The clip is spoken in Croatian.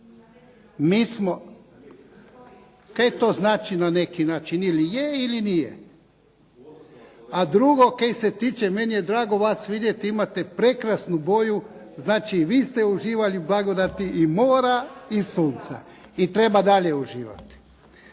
razumije./… Kaj to znači na neki način. Ili je, ili nije. A drugo, kaj se tiče, meni je drago vas vidjeti, imate prekrasnu boju. Znači i vi ste uživali u blagodati i mora i sunca i treba dalje uživati.